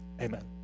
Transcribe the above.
Amen